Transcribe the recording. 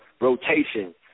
rotation